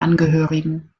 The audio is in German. angehörigen